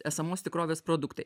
esamos tikrovės produktai